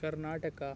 Karnataka